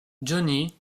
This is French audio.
johnny